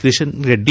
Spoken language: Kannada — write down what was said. ಕಿಷನ್ ರೆಡ್ಡಿ